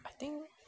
I think